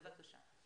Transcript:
בבקשה.